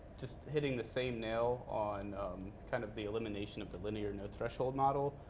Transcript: just hitting the same nail on kind of the elimination of the linear no-threshold model.